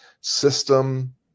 system